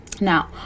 Now